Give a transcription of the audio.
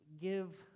Give